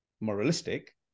moralistic